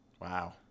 Wow